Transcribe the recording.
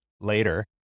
later